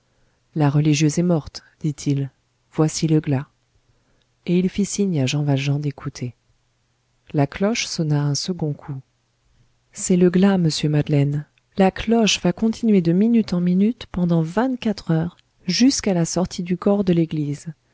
la religieuse est morte dit-il voici le glas et il fit signe à jean valjean d'écouter la cloche sonna un second coup c'est le glas monsieur madeleine la cloche va continuer de minute en minute pendant vingt-quatre heures jusqu'à la sortie du corps de l'église